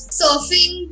surfing